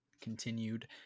Continued